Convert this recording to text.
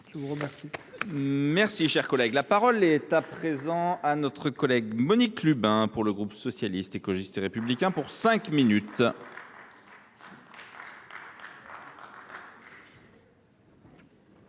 de vous remercier,